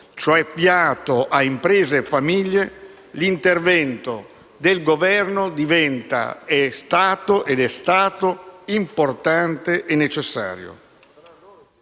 cioè fiato, a imprese e famiglie, l'intervento del Governo diventa - ed è stato - importante e necessario.